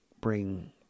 bring